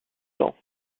sang